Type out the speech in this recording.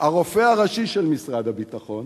שהרופא הראשי של משרד הביטחון